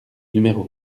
numéro